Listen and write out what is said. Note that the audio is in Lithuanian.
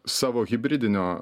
savo hibridinio